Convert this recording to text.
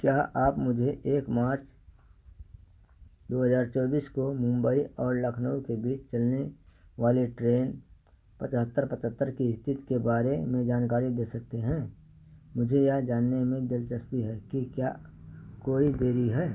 क्या आप मुझे एक मार्च दो हज़ार चौबीस को मुंबई और लखनऊ के बीच चलने वाली ट्रेन पचहत्तर पचहत्तर की स्थिति के बारे में जानकारी दे सकते हैं मुझे यह जानने में दिलचस्पी है कि क्या कोई देरी है